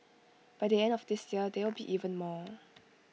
by the end of this year there will be even more